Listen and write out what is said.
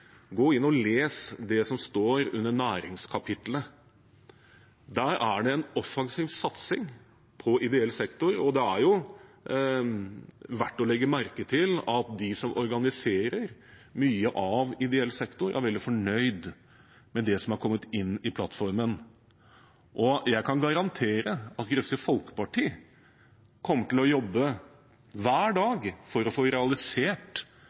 inn og leser det som står under næringskapittelet. Der er det en offensiv satsing på ideell sektor, og det er jo verdt å legge merke til at de som organiserer mye av ideell sektor, er veldig fornøyd med det som har kommet inn i plattformen. Jeg kan garantere at Kristelig Folkeparti kommer til å jobbe hver dag for å få realisert